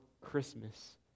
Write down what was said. Christmas